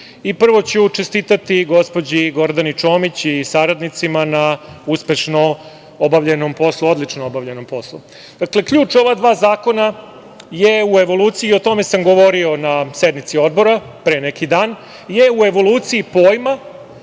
ću čestitati gospođi Gordani Čomić i saradnicima na uspešno obavljenom poslu, odlično obavljenom poslu. Dakle, ključ ova dva zakona je u evoluciji i o tome sam govorio na sednici Odbora pre neki dan, je u evoluciji pojma